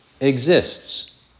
exists